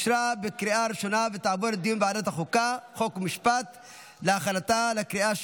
לוועדת החוקה, חוק ומשפט נתקבלה.